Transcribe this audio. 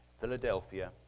Philadelphia